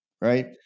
right